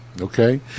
Okay